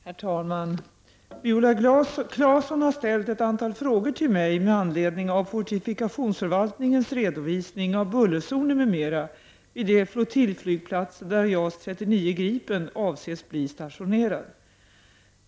Herr talman! Viola Claesson har ställt ett antal frågor till mig med anledning av fortifikationsförvaltningens redovisning av bullerzoner m.m. vid de flottiljflygplatser där JAS 39 Gripen avses bli stationerad.